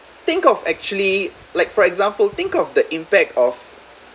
think of actually like for example think of the impact of